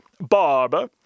barber